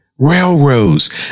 Railroads